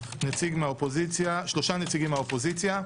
3 נציגים מהאופוזיציה.